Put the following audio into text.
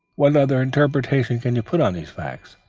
what other interpretation can be put on these facts?